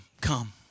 come